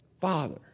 Father